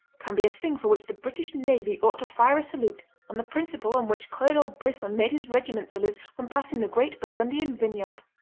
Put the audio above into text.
can be a thing for which the british navy ought to fire a salute on the principle on which colonel brisson made his regiment salute when passing the great burgundian vineyard.